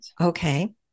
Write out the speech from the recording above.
okay